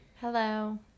Hello